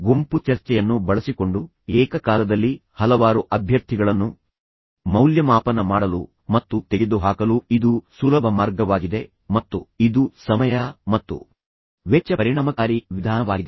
ಗುಂಪು ಚರ್ಚೆಯನ್ನು ಬಳಸಿಕೊಂಡು ಏಕಕಾಲದಲ್ಲಿ ಹಲವಾರು ಅಭ್ಯರ್ಥಿಗಳನ್ನು ಮೌಲ್ಯಮಾಪನ ಮಾಡಲು ಮತ್ತು ತೆಗೆದುಹಾಕಲು ಇದು ಸುಲಭ ಮಾರ್ಗವಾಗಿದೆ ಮತ್ತು ಇದು ಸಮಯ ಮತ್ತು ವೆಚ್ಚ ಪರಿಣಾಮಕಾರಿ ವಿಧಾನವಾಗಿದೆ